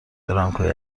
برانکوی